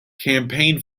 campaign